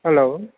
hello